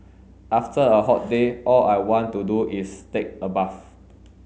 after a hot day all I want to do is take a bath